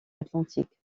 atlantique